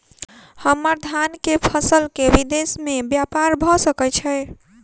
हम्मर धान केँ फसल केँ विदेश मे ब्यपार भऽ सकै छै?